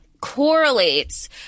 correlates